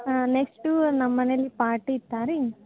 ಹಾಂ ನೆಸ್ಟೂ ನಮ್ಮ ಮನೇಲಿ ಪಾರ್ಟಿ ಇತ್ತು ರೀ